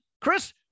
Chris